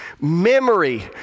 Memory